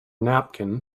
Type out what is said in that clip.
napkin